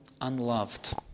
unloved